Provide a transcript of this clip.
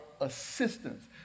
assistance